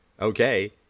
okay